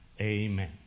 Amen